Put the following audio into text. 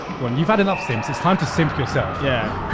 go on you've had enough simps it's time to simp yourself. yeah. who